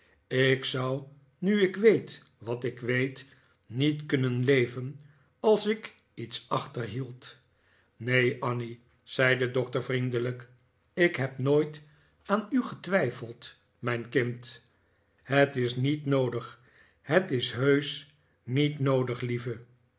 ik zou nu ik weet wat ik weet niet kunnen leven als ik iets achterhield neen annie zei de doctor vriendelijk ik heb nooit aan u getwijfeld mijn kind het is niet noodig het is heusch niet noodig lieve